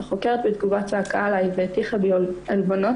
החוקרת בתגובה צעקה עליי והטיחה בי עלבונות